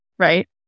Right